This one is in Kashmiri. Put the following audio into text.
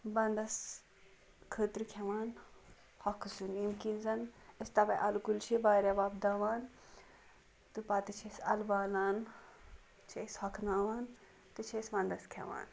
وَندس خٲطرٕ کھیٚوان ہوٚکھٕ سیُن ییٚمہِ کِنۍ زن أسۍ تَوے اَلہٕ کُلۍ چھِ واریاہ وۄپداوان تہٕ پَتہٕ چھِ أسۍ اَلہٕ والان چھِ أسۍ ہوٚکھناوان تہٕ چھِ أسۍ وَندس کھیٚوان